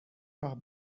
راه